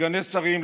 סגני שרים,